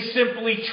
simply